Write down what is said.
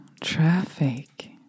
traffic